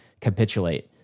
capitulate